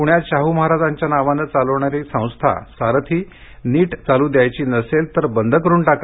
पुण्यात शाहू महाराजांच्या नावानं चालवणारी संस्था सारथी नीट चालू द्यायची नसेल तर बंद करून टाका